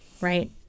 right